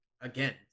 again